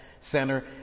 Center